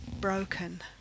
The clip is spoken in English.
broken